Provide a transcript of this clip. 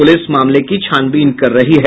police मामले की छानबीन कर रही है